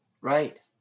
right